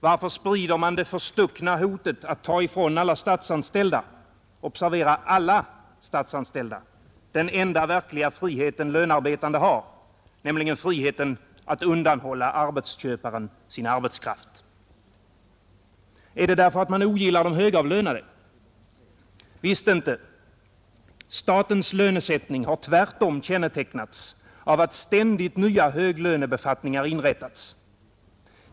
Varför sprider man det förstuckna hotet om att ta ifrån alla statsanställda — observera: alla statsanställda — den enda verkliga frihet en lönarbetande har, nämligen friheten att undanhålla arbetsköparen sin arbetskraft? Är det därför att man ogillar de högavlönade? Visst inte. Statens lönesättning har tvärtom kännetecknats av att ständigt nya höglönebefattningar inrättats.